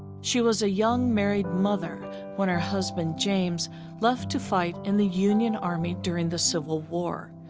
she was a young married mother when her husband james left to fight in the union army during the civil war.